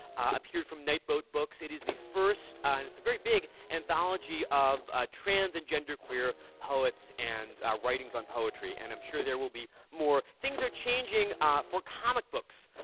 appeared from nightboat books. it is the first, and it's a very big, anthology of ah trans and gender queer poets and writings on poetry. and i'm sure there will be more. things are changing ah for comic books.